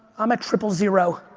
i'm at triple zero.